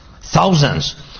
Thousands